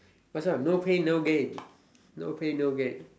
Macha no pain no gain no pain no gain